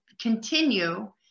continue